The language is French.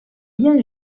lien